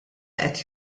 qed